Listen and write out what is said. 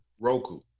Roku